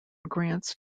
grants